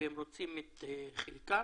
והם רוצים את חלקם.